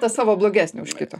ta savo blogesnė už kito